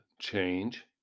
change